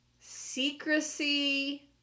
secrecy